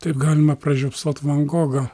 taip galima pražiopsot van gogą